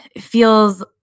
feels